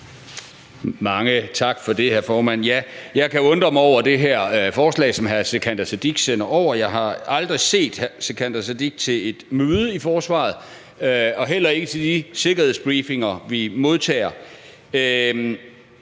Mange tak for det, hr. formand. Jeg kan undre mig over det her forslag, som hr. Sikandar Siddique sender over. Jeg har aldrig set hr. Sikandar Siddique til et møde i forsvaret og heller ikke i forbindelse med de sikkerhedsbriefinger, vi modtager.